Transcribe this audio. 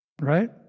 Right